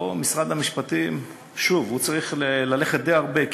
פה משרד המשפטים צריך ללכת די הרבה,